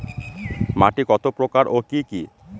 মাটি কত প্রকার ও কি কি?